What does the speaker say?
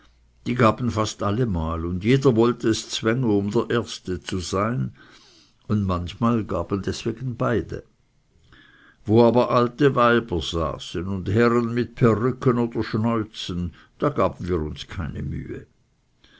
die gaben fast allemal und jeder wollte es zwänge um zuerst zu sein und manchmal gaben deswegen beide wo aber alte weiber saßen und herren mit perücken oder schnäuzen da gaben wir uns keine mühe